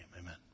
amen